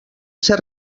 ser